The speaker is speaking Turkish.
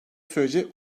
süreci